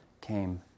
came